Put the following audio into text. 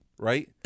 Right